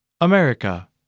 America